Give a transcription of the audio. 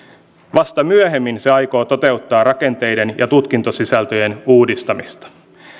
vasta myöhemmin se aikoo toteuttaa rakenteiden ja tutkintosisältöjen uudistamista